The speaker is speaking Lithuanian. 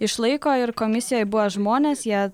išlaiko ir komisijoj buvo žmonės jie